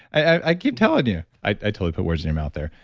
i keep telling you. i totally put words in your mouth there.